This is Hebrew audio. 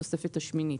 בתוספת השמינית